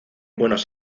buenos